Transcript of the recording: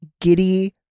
giddy